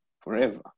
Forever